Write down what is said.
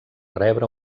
rebre